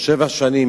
או שבע שנים,